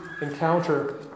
encounter